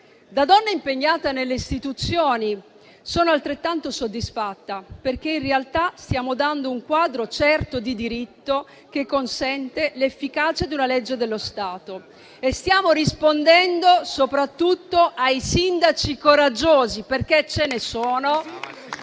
Da donna impegnata nelle istituzioni sono altrettanto soddisfatta, perché in realtà stiamo dando un quadro certo di diritto che consente l'efficacia di una legge dello Stato. Stiamo rispondendo soprattutto ai sindaci coraggiosi, perché ce ne sono